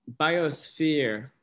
biosphere